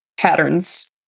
patterns